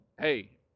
hey